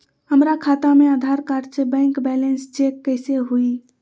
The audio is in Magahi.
हमरा खाता में आधार कार्ड से बैंक बैलेंस चेक कैसे हुई?